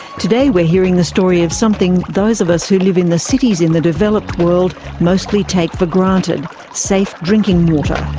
today we're hearing the story of something those of us who live in the cities in the developed world mostly take for granted safe drinking water.